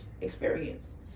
experience